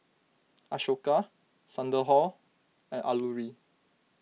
Ashoka Sunderlal and Alluri